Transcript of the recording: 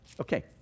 Okay